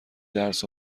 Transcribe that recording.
درس